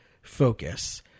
focus